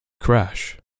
Crash